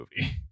movie